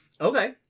Okay